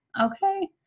Okay